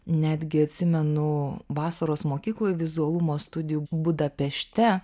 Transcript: netgi atsimenu vasaros mokykloj vizualumo studijų budapešte